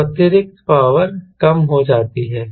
तो अतिरिक्त पावर कम हो जाती है